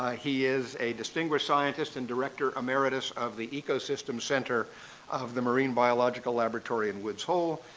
he is a distinguished scientist and director emeritus of the ecosystem center of the marine biological laboratory in woods hole.